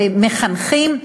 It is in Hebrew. מחנכים,